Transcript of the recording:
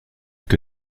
que